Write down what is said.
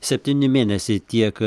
septyni mėnesiai tiek